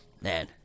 man